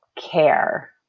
care